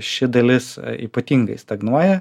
ši dalis ypatingai stagnuoja